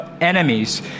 enemies